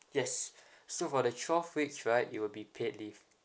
yes so for the twelve weeks right it will be paid leave